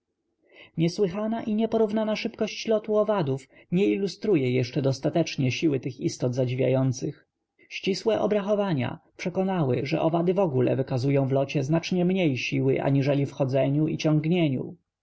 niesłychana i nieporównana szybkość lotu owadów nie ilustruje jeszcze dostatecznie siły tych istot zadziwiających ścisłe obrachowania przekonały że owady w ogóle wykazują w locie znacznie mniej siły aniżeli w chodzeniu i ciągnieniu